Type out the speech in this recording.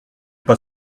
pas